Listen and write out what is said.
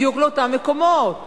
בדיוק לאותם מקומות,